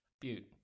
Butte